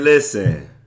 Listen